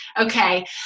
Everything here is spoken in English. okay